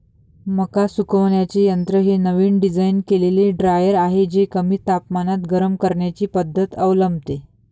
मका सुकवण्याचे यंत्र हे नवीन डिझाइन केलेले ड्रायर आहे जे कमी तापमानात गरम करण्याची पद्धत अवलंबते